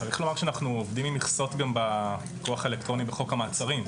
צריך לומר שאנחנו עובדים עם מכסות גם בפיקוח האלקטרוני בחוק המעצרים.